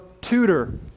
tutor